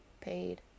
paid